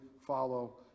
follow